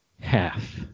half